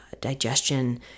digestion